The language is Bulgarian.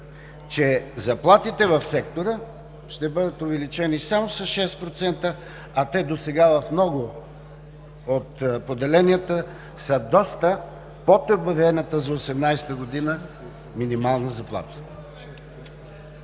че заплатите в сектора ще бъдат увеличени само с 6%, а те досега в много от поделенията са доста под обявената за 2018 г. минимална заплата.